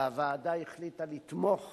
והוועדה החליטה לתמוך